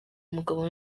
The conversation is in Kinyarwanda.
mugabo